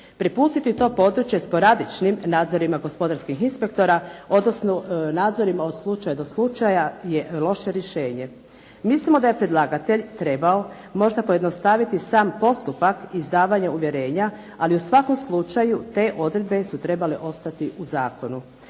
Prepustiti to područje sporadičnim nadzorima gospodarskih inspektora, odnosno nadzorima od slučaja do slučaja je loše rješenje. Mislimo da je predlagatelj trebao možda pojednostaviti sam postupak izdavanja uvjerenja, ali u svakom slučaju te odredbe su trebale ostati u zakonu.